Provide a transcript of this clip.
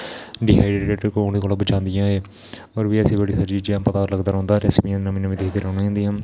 dehydrated होने कोला बचांदिया ऐ और बी ऐसी बडी सारी चीजें दा पता लगदा रौंहदा रेस्पियां नमियां नमियां दिक्खदे रौहने होंदिया